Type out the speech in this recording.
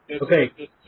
Okay